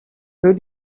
did